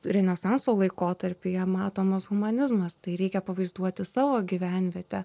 renesanso laikotarpyje matomas humanizmas tai reikia pavaizduoti savo gyvenvietę